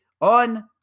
on